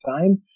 time